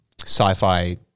sci-fi